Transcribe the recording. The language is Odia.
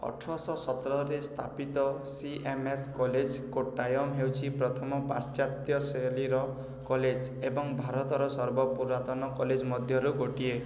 ଅଠରଶହ ସତରରେ ସ୍ଥାପିତ C M S college Kottayam ହେଉଛି ପ୍ରଥମ ପାଶ୍ଚାତ୍ୟ ଶୈଳୀର କଲେଜ ଏବଂ ଭାରତର ସର୍ବପୁରାତନ କଲେଜ ମଧ୍ୟରୁ ଗୋଟିଏ